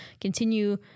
Continue